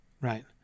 right